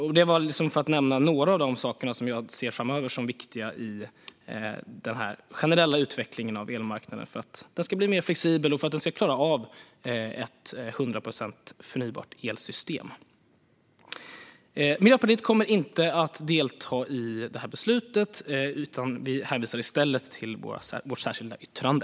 Jag har nu nämnt några av de saker som jag ser som viktiga framöver i den generella utvecklingen av elmarknaden, för att denna ska bli mer flexibel och klara av ett 100 procent förnybart elsystem. Miljöpartiet kommer inte att delta i beslutet, utan vi hänvisar i stället till vårt särskilda yttrande.